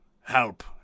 Help